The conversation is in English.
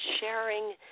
sharing